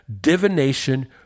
divination